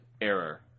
Error